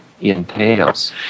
entails